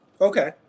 Okay